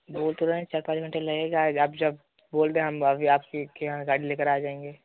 उतना ही चार पाँच घंटे लगेगा आप जब बोल रहे हो हम अभी आपके यहाँ गाड़ी लेकर आ जाएँगे